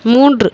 மூன்று